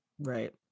right